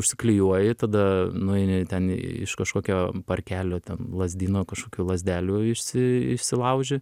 užsiklijuoji tada nueini ten iš kažkokio parkelio ten lazdyno kažkokių lazdelių išsi išsilauži